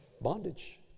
Bondage